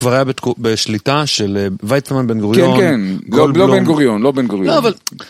הוא כבר היה בשליטה של ויצמן בן גוריון כן, כן, לא בן גוריון, לא בן גוריון לא אבל